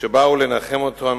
שבאו לנחם אותנו,